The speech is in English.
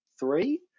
three